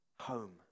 home